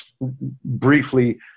briefly